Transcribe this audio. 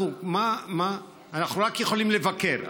אנחנו רק יכולים לבקר,